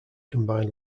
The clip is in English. combined